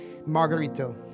Margarito